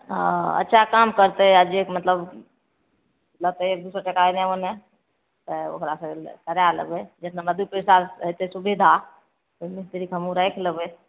ओ अच्छा काम करतै आओर जे मतलब लेतै एक दुइ सओ टका एन्ने ओन्ने तऽ ओकरासे करै लेबै जतना दुइ पइसा हेतै सुविधा ओहि मिस्त्रीकेँ हमहूँ राखि लेबै